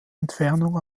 entfernung